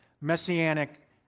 messianic